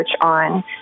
on